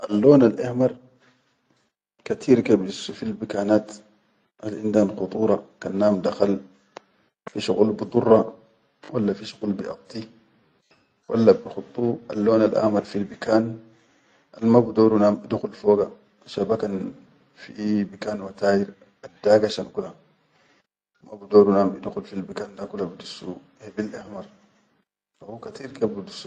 Allon al ehmar kateer bidussu fil bikanaat al indan khudura, kan naam dakhal fi shuqul bidurra, walla fi shuqul biʼaddi, walla bikhuddu allon al ahmar fil bikaan al ma budor naam idukhu foga, shaba kan fi bikaan watayir addagashan kula ma bidoru nadum idukhul foga kula bidissu hebil ahmer hu katir ke bidussu.